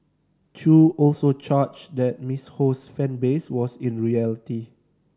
Chew also charged that Miss Ho's fan base was in reality